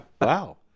Wow